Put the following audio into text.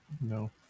no